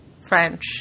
french